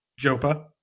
Jopa